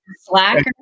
Slacker